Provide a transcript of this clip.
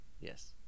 yes